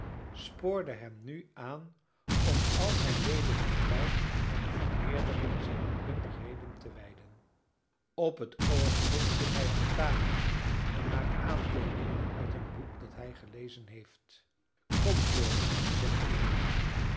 spoorde hem nu aan om al zijn ledigen tijd aan de vermeerdering zijner kundigheden te wijden op het oogenblik zit hij aan tafel en maakt aanteekeningen uit een boek dat hij gelezen heeft kom george zegt eliza